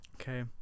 Okay